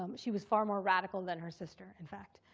um she was far more radical than her sister, in fact.